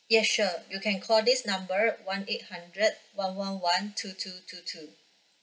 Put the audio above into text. yes sure you can call this number one eight hundred one one one two two two two